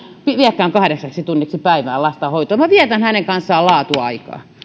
viekään kahdeksaksi tunniksi päivässä lasta hoitoon minä vietän hänen kanssaan laatuaikaa